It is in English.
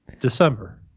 December